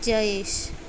Jayesh